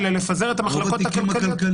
דווקא לפזר את המחלקות הכלכליות.